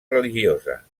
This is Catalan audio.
religiosa